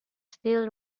still